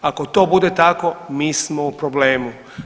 Ako to bude tako mi smo u problemu.